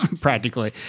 practically